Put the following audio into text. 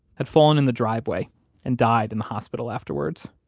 had fallen in the driveway and died in the hospital afterwards.